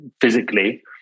physically